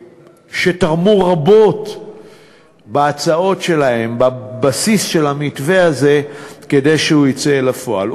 שתרמו רבות בהצעות שלהם בבסיס של המתווה הזה כדי שהוא יצא אל הפועל.